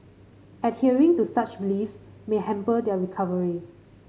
adhering to such beliefs may hamper their recovery